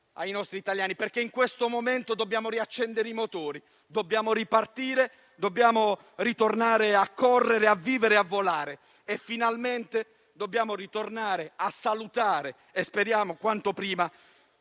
anche la benzina, perché in questo momento dobbiamo riaccendere i motori, dobbiamo ripartire, dobbiamo ritornare a correre, a vivere e a volare e finalmente a salutare - speriamo quanto prima